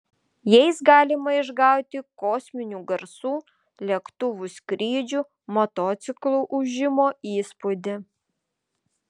jais galima išgauti kosminių garsų lėktuvų skrydžių motociklų ūžimo įspūdį